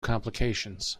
complications